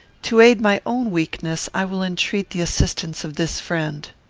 to aid my own weakness i will entreat the assistance of this friend.